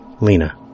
Lena